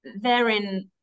therein